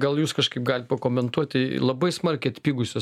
gal jūs kažkaip galit pakomentuoti labai smarkiai atpigusios